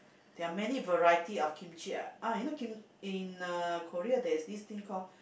they are many variety of kimchi uh you know kim in uh Korea there is this thing call